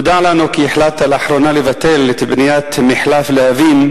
נודע לנו כי החלטת לאחרונה לבטל את בניית מחלף להבים,